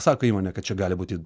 sako įmonė kad čia gali būti